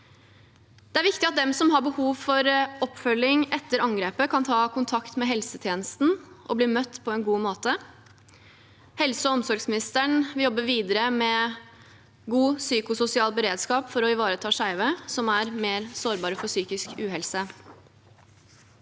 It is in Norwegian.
Det er viktig at de som har behov for oppfølging etter angrepet, kan ta kontakt med helsetjenesten og bli møtt på en god måte. Helse- og omsorgsministeren vil jobbe videre med god psykososial beredskap for å ivareta skeive, som er mer sårbare for psykisk uhelse.